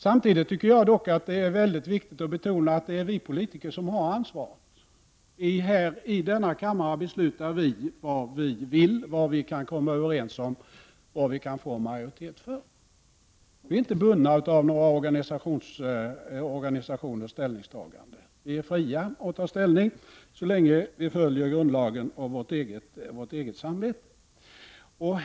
Samtidigt är det dock mycket viktigt att betona att det är vi politiker som har ansvaret. I denna kammare beslutar vi vad vi vill, vad vi kan komma överens om och vad vi kan få majoritet för. Vi är inte bundna av några organisationers ställningstaganden. Vi är fria att ta ställning så länge vi följer grundlagen och vårt eget samvete.